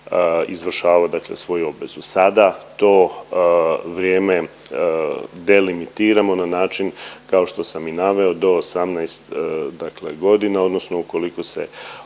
izvršavao dakle svoju obvezu. Sada to vrijeme delimitiramo na način kao što sam i naveo do 18 dakle godina odnosno ukoliko se